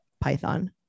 python